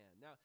Now